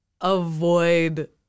avoid